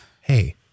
Hey